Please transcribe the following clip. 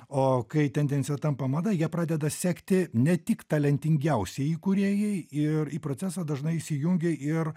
o kai tendencija tampa mada ja pradeda sekti ne tik talentingiausieji kūrėjai ir į procesą dažnai įsijungia ir